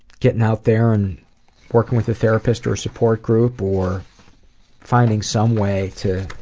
getting out there and working with a therapist or support group or finding some way to